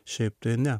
šiaip tai ne